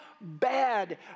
bad